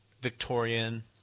Victorian